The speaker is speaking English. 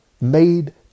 made